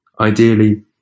ideally